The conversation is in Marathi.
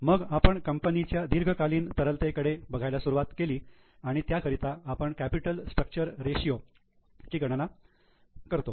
मग आपण कंपनीच्या दीर्घकालीन तरलते कडे बघायला सुरुवात केली आणि त्याकरिता आपण कॅपिटल स्ट्रक्चर रेशियो ची गणना करतो